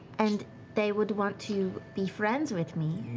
and they would want to be friends with me.